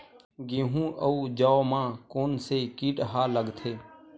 गेहूं अउ जौ मा कोन से कीट हा लगथे?